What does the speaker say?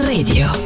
Radio